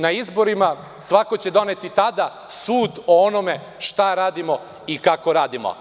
Na izborima svako će doneti tada sud o onome šta radimo i kako radimo.